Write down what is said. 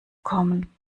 kommen